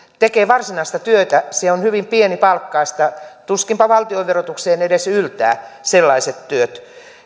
tekee varsinaista työtä se on hyvin pienipalkkaista tuskinpa valtionverotukseen edes yltävät sellaiset työt